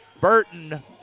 Burton